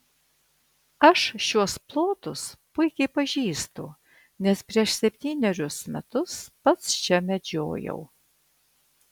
aš šiuos plotus puikiai pažįstu nes prieš septynerius metus pats čia medžiojau